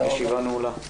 הישיבה נעולה.